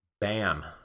Bam